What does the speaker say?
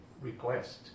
request